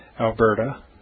Alberta